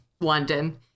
London